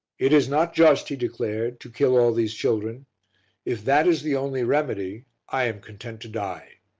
it is not just, he declared, to kill all these children if that is the only remedy, i am content to die.